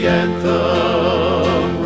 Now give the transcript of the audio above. anthem